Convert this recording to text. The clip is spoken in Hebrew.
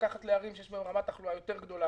לקחת לערים שיש בהם רמת תחלואה יותר גדולה